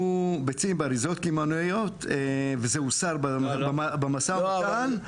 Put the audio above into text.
ביצים באריזות קמעונאיות וזה הוסר במשא ומתן,